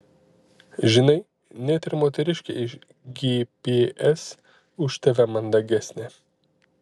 žinai net ir moteriškė iš gps už tave mandagesnė